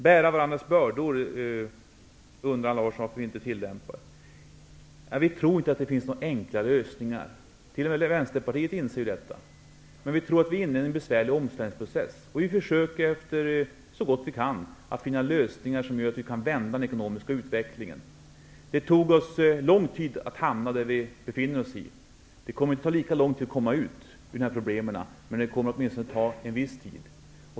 Allan Larsson undrade varför vi inte tillämpar Skriftens ord om att bära varandras bördor. Vi tror inte att det finns några enkla lösningar. Detta inser t.o.m. Vänsterpartiet. Vi tror att vi är inne i en besvärlig omställningsprocess, och vi försöker så gott vi kan att finna lösningar som gör att vi kan vända den ekonomiska utvecklingen. Det tog oss lång tid att hamna där vi befinner oss. Det kommer inte att ta lika lång tid att komma bort från problemen, men åtminstone en viss tid.